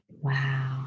Wow